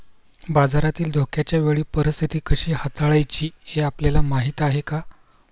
बाजारातील धोक्याच्या वेळी परीस्थिती कशी हाताळायची हे आपल्याला माहीत आहे का?